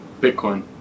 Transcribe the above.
Bitcoin